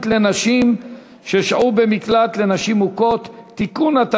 לנשים ששהו במקלט לנשים מוכות) (תיקון),